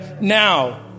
now